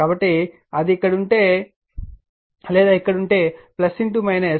కాబట్టి అది ఇక్కడ ఉంటే లేదా ఇక్కడ ఉంటే అది